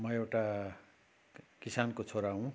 म एउटा किसानको छोरा हुँ